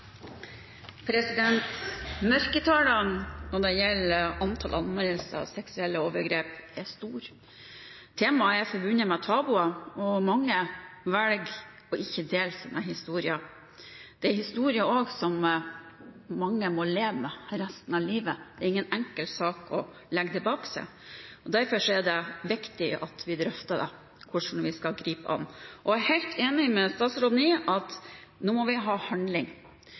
Mørketallene når det gjelder antall anmeldelser av seksuelle overgrep, er store. Temaet er forbundet med tabuer, og mange velger å ikke dele sine historier. Det er også historier som mange må leve med resten av livet. Det er ingen enkel sak å legge det bak seg. Derfor er det viktig at vi drøfter hvordan vi skal gripe det an. Jeg er helt enig med statsråden i at nå må vi ha handling.